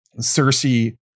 Cersei